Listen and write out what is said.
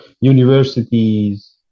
Universities